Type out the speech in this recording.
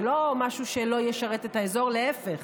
זה לא משהו שלא ישרת את האזור, להפך,